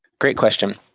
great question.